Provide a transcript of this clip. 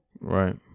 right